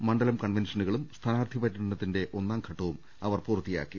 മണ്ഡലം കൺവെൻഷനുകളും സ്ഥാനാർഥി പരൃടത്തിന്റെ ഒന്നാം ഘട്ടവും അവർ പൂർത്തിയാക്കി